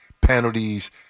penalties